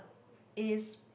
is